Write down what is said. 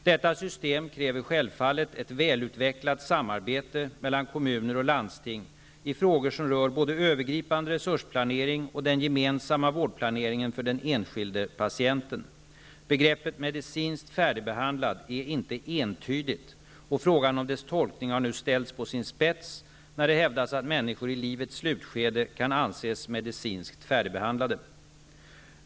Detta system kräver självfallet ett välutvecklat samarbete mellan kommuner och landsting i frågor som rör både övergripande resursplanering och den gemensamma vårdplaneringen för den enskilde patienten. Begreppet medicinskt färdigbehandlad är inte entydigt, och frågan om dess tolkning har nu ställts på sin spets när det hävdas att människor i livets slutskede kan anses medicinskt färdigbehandlade.